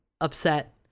upset